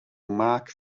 mark